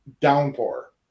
downpour